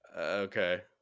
Okay